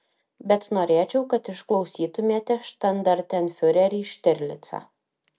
bet norėčiau kad išklausytumėte štandartenfiurerį štirlicą